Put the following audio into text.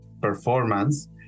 performance